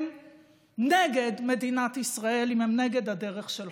הם נגד מדינת ישראל אם הם נגד הדרך שלך,